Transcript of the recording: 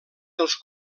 dels